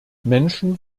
menschen